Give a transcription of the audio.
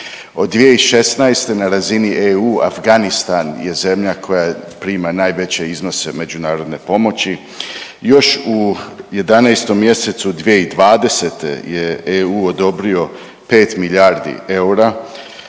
Od 2016. na razini EU Afganistan je zemlja koja prima najveće iznose međunarodne pomoći. Još u 11. mjesecu 2020. je EU odobrio 5 milijardi eura,